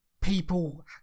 people